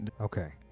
Okay